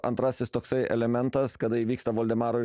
antrasis toksai elementas kada įvyksta voldemaro ir